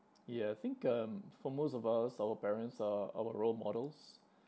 ya I think um for most of us our parents are our role models